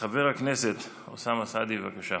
חבר הכנסת אוסאמה סעדי, בבקשה.